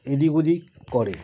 এদিক ওদিক করে